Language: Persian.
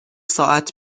ساعت